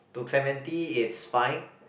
to Clementi its fine